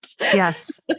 Yes